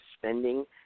spending